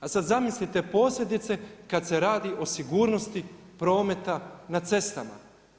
A sad zamislite posljedice kad se radi o sigurnosti prometa na cestama.